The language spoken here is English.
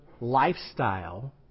lifestyle